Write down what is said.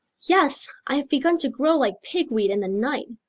yes, i've begun to grow like pigweed in the night,